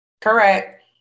Correct